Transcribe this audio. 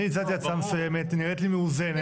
אני הצעתי הצעה מסוימת, היא נראית לי מאוזנת.